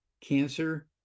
cancer